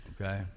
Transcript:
Okay